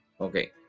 okay